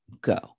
go